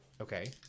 Okay